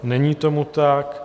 Není tomu tak.